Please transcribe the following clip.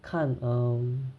看 um